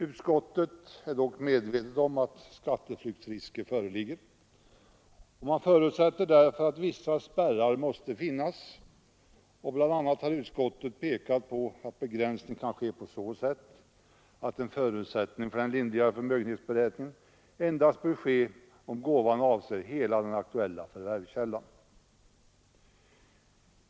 Utskottet är dock medvetet om att skatteflyktsrisker föreligger och förutsätter därför att vissa spärrar måste finnas, och bl.a. har utskottet pekat på att en begränsning kan ske på så sätt att en förutsättning för den lindrigare förmögenhetsberäkningen endast bör föreligga om gåvan avser hela den aktuella förvärvskällan.